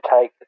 take